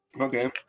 okay